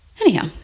Anyhow